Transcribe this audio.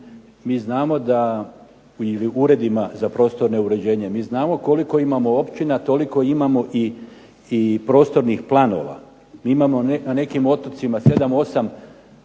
Mi znamo da, ili uredima za prostorno uređenje, mi znamo koliko imamo općina toliko imamo i prostornih planova. Mi imamo na nekim otocima sedam, osam